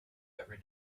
every